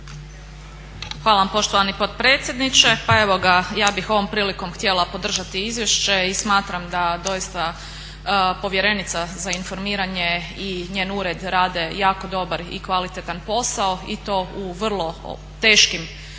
Hvala vama poštovani potpredsjedniče. Pa evo ga, ja bih ovom prilikom htjela podržati izvješće i smatram da doista povjerenica za informiranje i njen ured rade jako dobar i kvalitetan posao i to u vrlo teškim